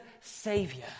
Savior